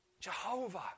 Jehovah